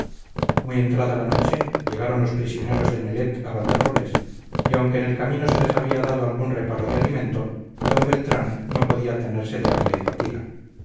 muy entrada la noche llegaron los prisioneros de nelet a valderrobles y aunque en el camino se les había dado algún reparo de alimento d beltrán no podía tenerse de hambre y fatiga